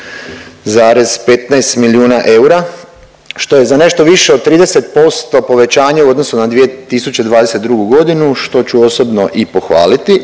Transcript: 71,15 milijuna eura što je za nešto više od 30% povećanje u odnosu na 2022. godinu što ću osobno i pohvaliti,